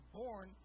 born